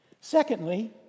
Secondly